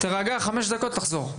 תירגע חמש דקות ותחזור.